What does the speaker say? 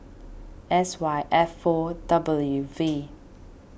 S Y F four W V